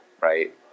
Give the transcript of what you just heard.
right